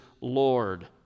Lord